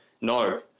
no